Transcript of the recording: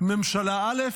ממשלה א'